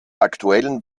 aktuellen